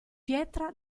pietra